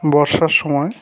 বর্ষার সময়